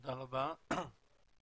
תודה רבה לח"כ